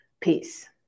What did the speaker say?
Peace